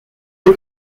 les